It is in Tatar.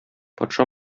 патша